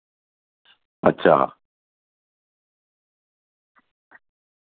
अच्छा